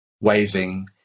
waving